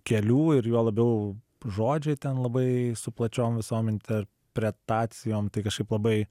kelių ir juo labiau žodžiai ten labai su plačiom visom interpretacijom tai kažkaip labai